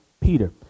peter